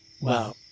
Wow